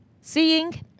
seeing